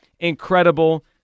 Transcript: incredible